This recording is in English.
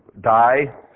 die